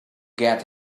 get